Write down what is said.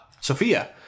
Sophia